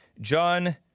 John